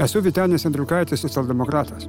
esu vytenis andriukaitis socialdemokratas